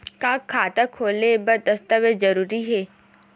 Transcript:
का खाता खोले बर दस्तावेज जरूरी हे?